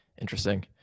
Interesting